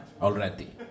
Already